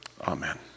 Amen